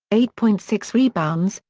eight point six rebounds,